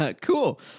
Cool